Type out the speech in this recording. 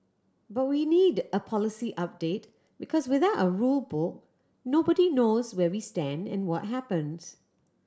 but we need a policy update because without a rule book nobody knows where we stand and what happens